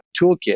toolkit